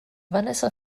vanessa